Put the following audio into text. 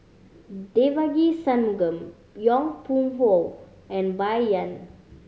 Devagi Sanmugam Yong Pung How and Bai Yan